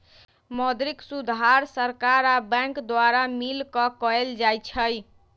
मौद्रिक सुधार सरकार आ बैंक द्वारा मिलकऽ कएल जाइ छइ